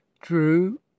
true